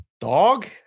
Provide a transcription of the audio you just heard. Dog